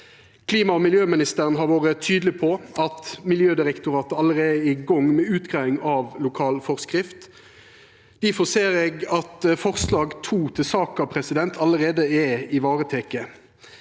Klima- og miljøministeren har vore tydeleg på at Miljødirektoratet allereie er i gang med utgreiing av lokal forskrift. Difor ser eg at forslag nr. 2 til saka allereie er vareteke.